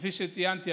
כפי שציינתי,